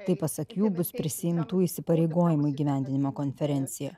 taip pasak jų bus prisiimtų įsipareigojimų įgyvendinimo konferencija